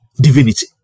divinity